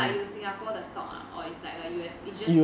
but in singapore 的 stock ah or is like a U_S is just